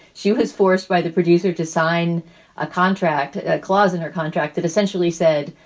she was forced by the producer to sign a contract clause in her contract that essentially said,